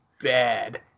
bad